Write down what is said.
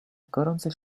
gorące